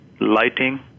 lighting